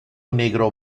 negro